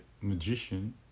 magician